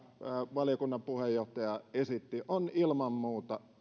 valiokunnan puheenjohtaja esitti ovat ilman muuta